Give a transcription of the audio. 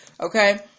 Okay